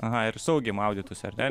aha ir saugiai maudytųsi ar ne